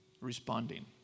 responding